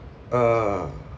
uh